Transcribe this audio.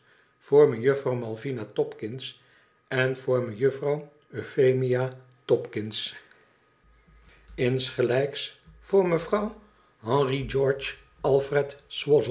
voor mejuffrouw malvina topkins en voor mejuffrouw euphemia topkins insgelijks voor mevrouw henry george